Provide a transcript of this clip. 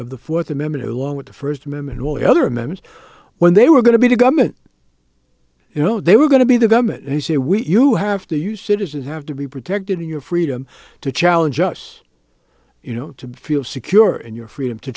of the fourth amendment along with the first amendment all the other members when they were going to be the government you know they were going to be the government and you say we you have to you citizens have to be protected in your freedom to challenge us you know to feel secure in your freedom to